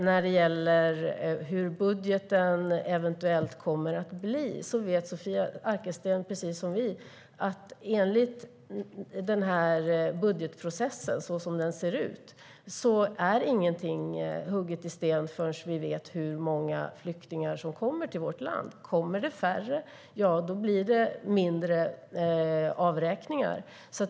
När det gäller hur budgeten eventuellt kommer att bli vet Sofia Arkelsten precis som vi att enligt budgetprocessen så som den ser ut är ingenting hugget i sten förrän vi vet hur många flyktingar som kommer till vårt land. Kommer det färre blir det mindre avräkningar.